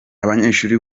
abanyeshuri